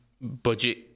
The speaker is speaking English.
budget